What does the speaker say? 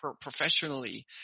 professionally